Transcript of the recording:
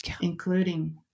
including